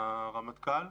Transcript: והרמטכ"ל.